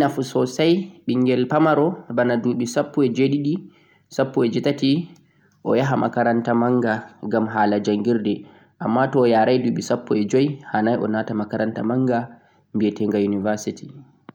wodi nafu sosai ɓengel pamaro bana duɓe sappo e jweeɗiɗi koh sappo e jweetati o yaha makaranta manga ngam hala jangirde amma to'o yarai duɓe sappo e joi hanai onata makaranta manga ɓe'etenga university